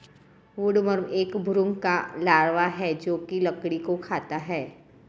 woodworm एक भृंग का लार्वा है जो की लकड़ी को खाता है